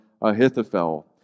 Ahithophel